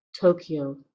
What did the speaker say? Tokyo